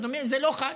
זה לא חל.